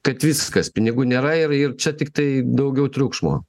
kad viskas pinigų nėra ir ir čia tiktai daugiau triukšmo